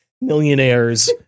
millionaires